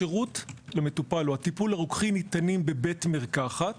השירות למטופל או הטיפול הרוקחי ניתנים בבית מרקחת